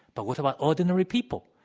but what about ordinary people?